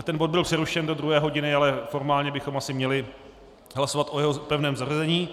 Ten bod byl přerušen do druhé hodiny, ale formálně bychom asi měli hlasovat o jeho pevném zařazení.